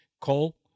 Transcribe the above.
Call